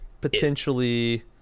potentially